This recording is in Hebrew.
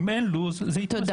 אם אין לוח זמנים, זה יתמסמס.